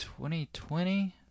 2020